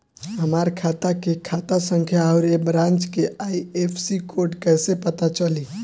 हमार खाता के खाता संख्या आउर ए ब्रांच के आई.एफ.एस.सी कोड कैसे पता चली?